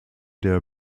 der